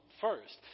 first